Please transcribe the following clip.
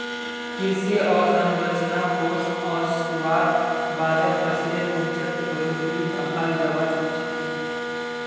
कृषि अवसंरचना कोष ओसवार बादे फसलेर उपजत बढ़ोतरी दखाल जबा सखछे